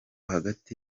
hagati